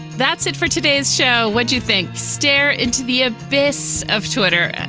that's it for today's show. what do you think. stare into the abyss of twitter. and